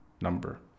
number